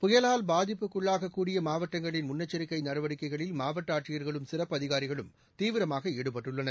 புயலால் பாதிப்புக்குள்ளாகக்கூடிய மாவட்டங்களின் முன்னெச்சரிக்கை நடவடிக்கைகளில் மாவட்ட ஆட்சியர்களும் சிறப்பு அதிகாரிகளும் தீவிரமாக ஈடுபட்டுள்ளனர்